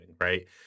right